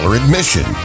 admission